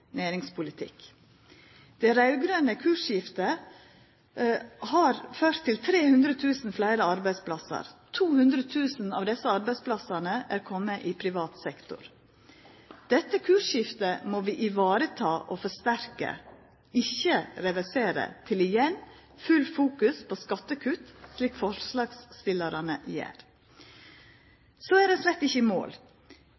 næringspolitikk. Det raud-grøne kursskiftet har ført til 300 000 fleire arbeidsplassar. 200 000 av desse arbeidsplassane er komne i privat sektor. Dette kursskiftet må vi vareta og forsterka – ikkje reversera til igjen full fokusering på skattekutt, slik forslagsstillarane gjer.